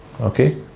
Okay